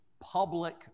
public